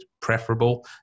preferable